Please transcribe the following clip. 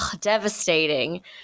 devastating